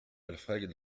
alfred